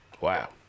Wow